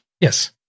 Yes